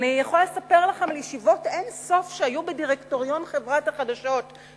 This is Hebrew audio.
אני יכולה לספר לכם על ישיבות שהיו בדירקטוריון חברת החדשות של ערוץ-2,